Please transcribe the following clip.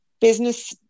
business